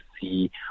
see